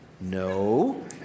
no